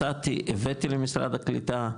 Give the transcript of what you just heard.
מצאתי, הבאתי למשרד הקליטה,